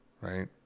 right